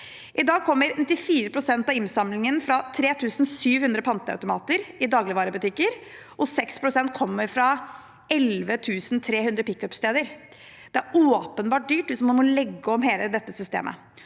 I dag kommer 94 pst. av innsamlingen fra 3 700 panteautomater i dagligvarebutikker, og 6 pst. kommer fra 11 300 pickup-steder. Det er åpenbart dyrt hvis man må legge om hele dette systemet.